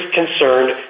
concerned